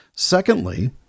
Secondly